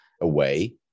away